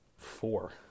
four